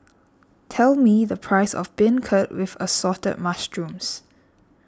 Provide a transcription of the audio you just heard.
tell me the price of Beancurd with Assorted Mushrooms